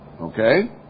Okay